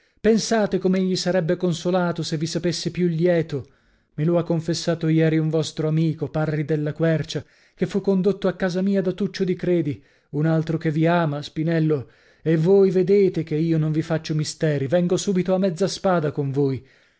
pensate com'egli sarebbe consolato se vi sapesse più lieto me lo ha confessato ieri un vostro amico parri della quercia che fu condotto a casa mia da tuccio di credi un altro che vi ama spinello e voi vedete che io non vi faccio misteri vengo subito a mezza spada con voi